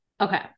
Okay